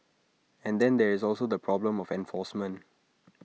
and then there is also the problem of enforcement